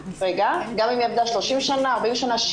40 שנה,